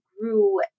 grew